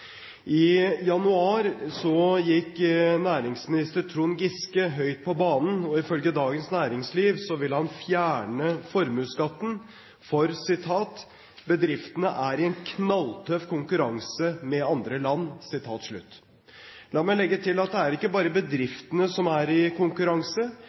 I januar gikk næringsminister Trond Giske høyt på banen. Ifølge Dagens Næringsliv ville han fjerne formuesskatten fordi bedriftene «er i en knalltøff konkurransesituasjon med andre land». La meg legge til at det er ikke bare